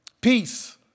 Peace